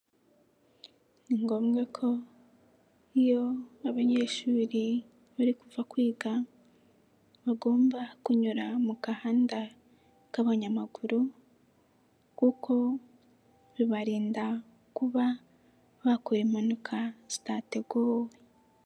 Ni ngombwa ko iyo abanyeshuri bari kuva kwiga bagomba kunyura mu gahanda k'abanyamaguru kuko bibarinda kuba bakora impanuka zitateguwe.